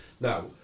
now